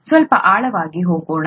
ಸ್ವಲ್ಪ ಆಳವಾಗಿ ಹೋಗೋಣ